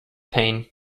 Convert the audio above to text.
paine